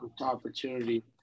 opportunity